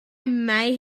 may